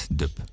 dub